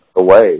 away